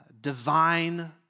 divine